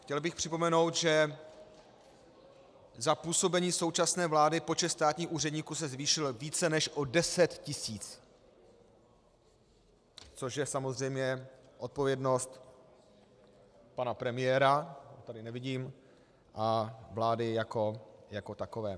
Chtěl bych připomenout, že za působení současné vlády se počet státních úředníků zvýšil o více než 10 tisíc, což je samozřejmě odpovědnost pana premiéra tady ho nevidím a vlády jako takové.